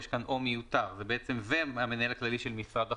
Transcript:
יש כאן "או" מיותר והמנהל הכללי של משרד החוץ.